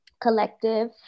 Collective